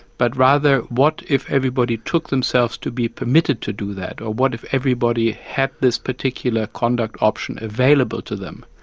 but rather, what if everybody took themselves to be permitted to do that? or, what if everybody had this particular conduct option available to them?